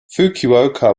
fukuoka